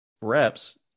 reps